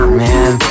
man